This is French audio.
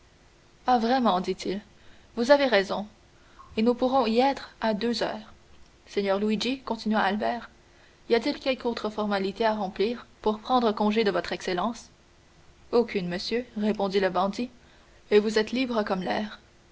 ah vraiment dit-il vous avez raison et nous pourrons y être à deux heures seigneur luigi continua albert y a-t-il quelque autre formalité à remplir pour prendre congé de votre excellence aucune monsieur répondit le bandit et vous êtes libre comme l'air